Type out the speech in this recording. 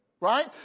Right